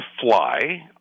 fly